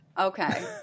Okay